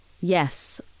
Yes